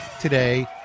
today